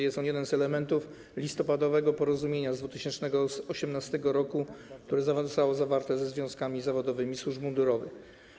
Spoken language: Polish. Jest on jednym z elementów listopadowego porozumienia z 2018 r., które zostało zawarte ze związkami zawodowymi służb mundurowych.